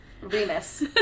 remus